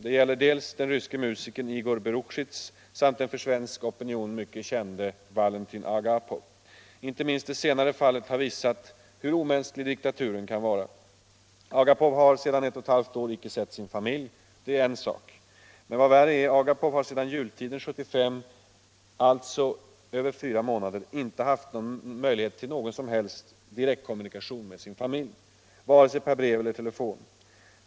Det gäller dels den ryske musikern Igor Berukshtis, dels den för svensk opinion välkände Valentin Agapov. Inte minst det senare fallet har visat hur omänsklig diktaturen kan vara. Agapov har sedan ett och ett halvt år icke sett sin familj. Det är en sak. Men vad värre är, Agapov har sedan jultiden 1975, alltså över fyra månader, inte haft möjlighet till någon som helst direktkommunikation med sin familj, vare sig per brev eller per telefon.